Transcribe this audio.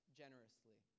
generously